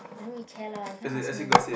I know we care lah you can't ask me